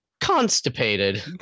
constipated